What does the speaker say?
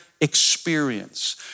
experience